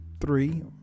three